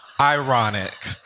Ironic